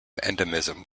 endemism